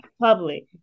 public